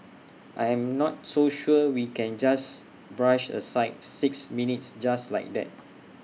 I'm not so sure we can just brush aside six minutes just like that